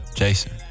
Jason